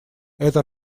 это